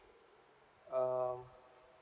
uh